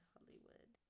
Hollywood